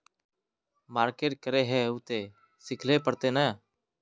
Market करे है उ ते सिखले पड़ते नय?